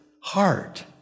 heart